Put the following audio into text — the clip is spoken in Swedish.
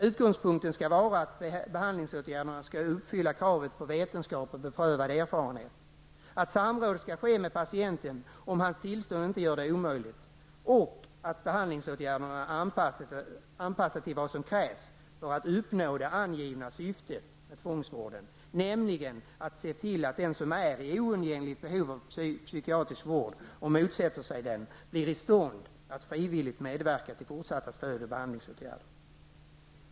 Utgångspunkten skall vara att behandlingsåtgärderna står i överensstämmelse med vetenskap och beprövade erfarenhet, att samråd skall ske med patienten om hans tillstånd inte gör det omöjligt och att behandlingsåtgärderna anpassas till vad som krävs för att uppnå det angivna syftet med tvångsvården, nämligen att se till att den som är i oundgängligt behov av psykiatrisk vård och motsätter sig den blir i stånd att frivilligt medverka till fortsatt stöd och fortsatta behandlingsåtgärder.